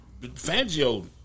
Fangio